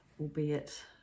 albeit